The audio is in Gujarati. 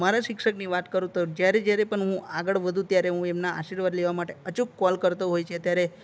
મારા શિક્ષકની વાત કરું તો જ્યારે જ્યારે પણ હું આગળ વધુ ત્યારે હું એમના આશીર્વાદ લેવા માટે અચૂક કોલ કરતો હોય છે ત્યારે